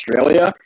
Australia